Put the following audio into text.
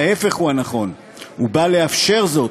ההפך הוא הנכון: הוא בא לאפשר זאת,